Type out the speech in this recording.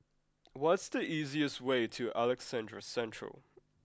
what's the easiest way to Alexandra Central